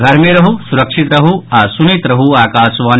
घर मे रहू सुरक्षित रहू आ सुनैत रहू आकाशवाणी